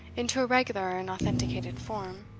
into a regular and authenticated form.